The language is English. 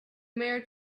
mare